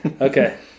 Okay